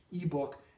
ebook